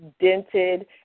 dented